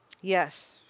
Yes